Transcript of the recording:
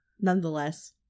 nonetheless